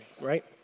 right